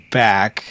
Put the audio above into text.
back